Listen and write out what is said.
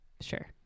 Sure